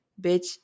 bitch